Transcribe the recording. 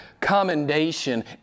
commendation